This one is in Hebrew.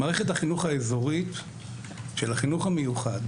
מערכת החינוך האזורית של החינוך המיוחד,